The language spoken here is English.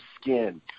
skin